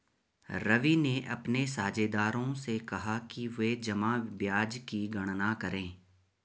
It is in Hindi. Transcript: रवि ने अपने साझेदारों से कहा कि वे जमा ब्याज की गणना करें